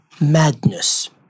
madness